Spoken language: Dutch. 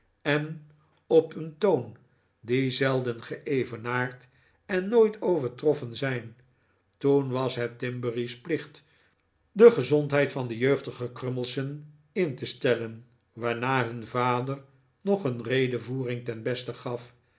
en op een toon die zelden geevenaard en nooit overtroffen zijn toen was het timberry's plicht de gezondheid van de jeugdige crummles'en in te stellen waarna hun vader nog een redevoering ten beste gaf